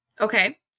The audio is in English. Okay